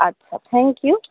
আচ্ছা থেংকিউ